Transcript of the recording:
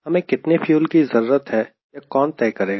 हमें कितने फ्यूल की जरूरत है यह कौन तय करेगा